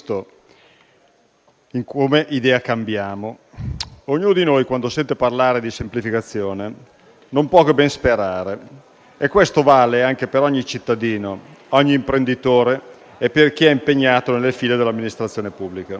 del Gruppo Misto. Ognuno di noi, quando sente parlare di semplificazione, non può che ben sperare e ciò vale anche per ogni cittadino e ogni imprenditore e per chi è impegnato nelle file dell'amministrazione pubblica.